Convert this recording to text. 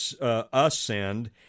ascend